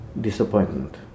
disappointment